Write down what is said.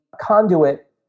conduit